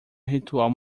ritual